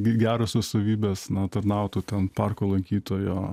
gerosios savybės nu tarnautų ten parko lankytojo